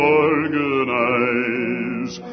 organize